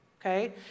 Okay